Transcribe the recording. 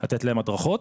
לתת להם הדרכות.